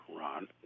Ron